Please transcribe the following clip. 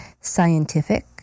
scientific